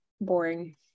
boring